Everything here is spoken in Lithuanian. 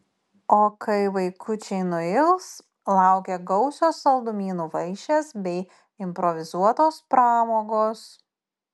o kai vaikučiai nuils laukia gausios saldumynų vaišės bei improvizuotos pramogos